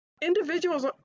individuals